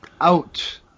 out